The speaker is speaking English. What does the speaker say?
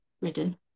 ridden